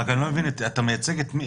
רגע אני לא מבין, אתה מייצג את מי?